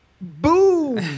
boom